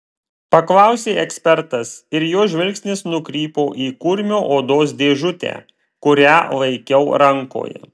paklausė ekspertas ir jo žvilgsnis nukrypo į kurmio odos dėžutę kurią laikiau rankoje